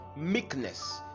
meekness